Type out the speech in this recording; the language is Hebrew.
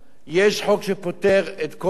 יש חוק שפוטר את כל מבני הדת,